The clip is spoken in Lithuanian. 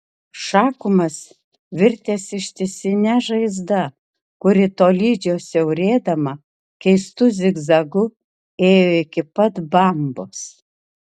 šakumas virtęs ištisine žaizda kuri tolydžio siaurėdama keistu zigzagu ėjo iki pat bambos